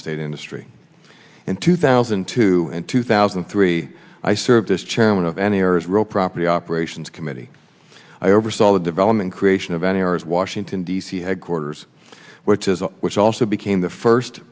estate industry in two thousand and two and two thousand and three i served as chairman of any or as real property operations committee i oversaw the development creation of an error is washington d c headquarters which is a which also became the first